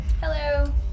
Hello